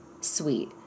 sweet